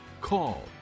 call